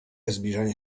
zbliżania